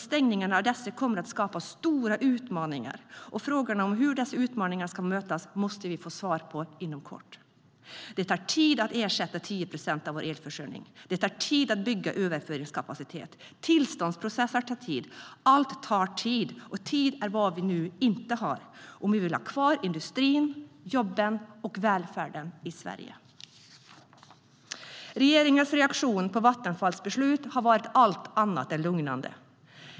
Stängningen av dessa kommer att skapa stora utmaningar, och frågorna om hur dessa utmaningar ska mötas måste vi få svar på inom kort. Regeringens reaktion på Vattenfalls beslut har varit allt annat än lugnande.